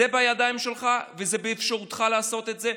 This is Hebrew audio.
זה בידיים שלך ובאפשרותך לעשות את זה.